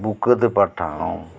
ᱵᱩᱠᱟᱹ ᱛᱚᱯᱟ ᱴᱷᱟᱶ